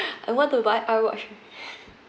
I want to buy I watch